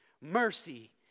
Mercy